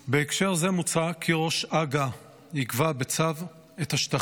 בהקשר זה מוצע כי ראש הג"א יקבע בצו את השטחים